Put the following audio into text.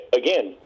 again